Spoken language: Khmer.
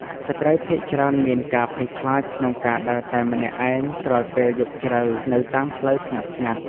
ស្ត្រីភាគច្រើនមានការភ័យខ្លាចក្នុងការដើរតែម្នាក់ឯងក្រោយពេលយប់ជ្រៅនៅតាមផ្លូវស្ងាត់ៗ។